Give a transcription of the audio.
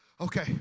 Okay